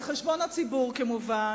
על-חשבון הציבור כמובן,